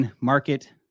market